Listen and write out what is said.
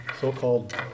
so-called